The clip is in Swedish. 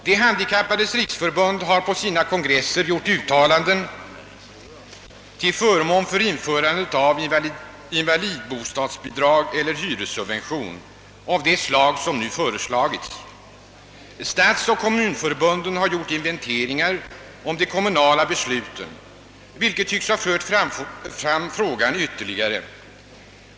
De Handikappades riksförbund har på sina kongresser gjort uttalanden till förmån för införandet av invalidbostadsbidrag eller hyressubvention av det slag som nu föreslagits. Stadsoch kommunförbunden har gjort inventeringar av de kommunala besluten, vilket tycks ha fört frågan ytterligare framåt.